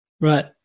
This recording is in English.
Right